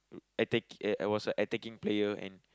att~ I was a attacking player and